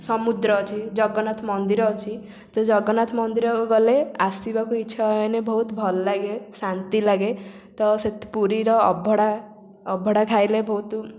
ସମୁଦ୍ର ଅଛି ଜଗନ୍ନାଥ ମନ୍ଦିର ଅଛି ସେ ଜଗନ୍ନାଥ ମନ୍ଦିରକୁ ଗଲେ ଆସିବାକୁ ଇଚ୍ଛା ହୁଏନି ବହୁତ ଭଲ ଲାଗେ ଶାନ୍ତି ଲାଗେ ତ ପୁରୀର ଅବଢ଼ା ଅବଢ଼ା ଖାଇଲେ ବହୁତ